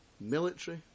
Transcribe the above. military